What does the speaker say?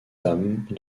dames